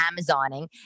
Amazoning